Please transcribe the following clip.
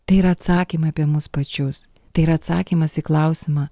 tai yra atsakymai apie mus pačius tai yra atsakymas į klausimą